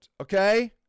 Okay